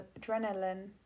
adrenaline